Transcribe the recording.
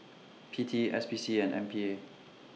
P T S P C and M P A